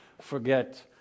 forget